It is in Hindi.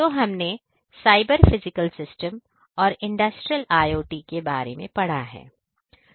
तो हमने साइबर फिजिकल सिस्टम्स और इंडस्ट्रियल IOT के बारे में पढ़ा है